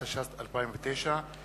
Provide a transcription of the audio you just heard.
התשס"ט 2009,